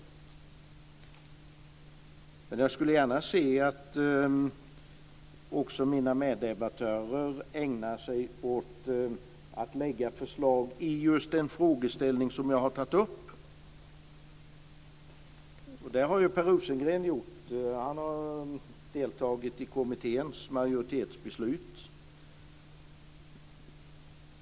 Men jag skulle gärna se att mina meddebattörer ägnade sig åt att lägga fram förslag med anledning av just den frågeställning som jag har tagit upp. Det har Per Rosengren gjort. Han har deltagit i kommitténs majoritetsbeslut.